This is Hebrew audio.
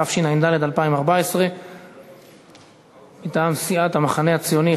התשע"ד 2014. מטעם סיעת המחנה הציוני,